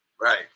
Right